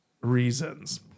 reasons